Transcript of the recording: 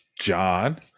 john